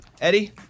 Eddie